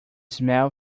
smell